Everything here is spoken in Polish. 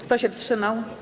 Kto się wstrzymał?